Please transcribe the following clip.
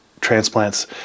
transplants